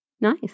Nice